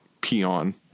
peon